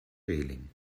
reling